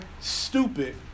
stupid